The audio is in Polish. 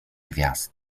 gwiazd